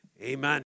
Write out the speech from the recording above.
Amen